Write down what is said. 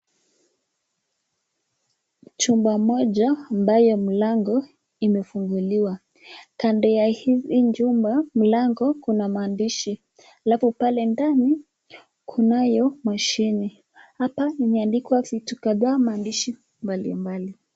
Chumba moja ambayo mlango imefunguliwa, kando ya hii chumba mlango kuna maandishi, halafu pale ndani kunayo mashini, hapa imeandikwa vitu kadhaa ,maandishi mbalimbali.